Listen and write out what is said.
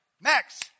Max